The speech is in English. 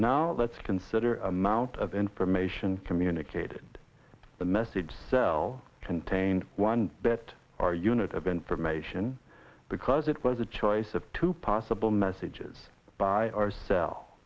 now let's consider amount of information communicated the message cell contained one bit or unit of information because it was a choice of two possible messages by oursel